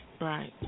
Right